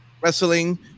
Wrestling